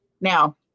Now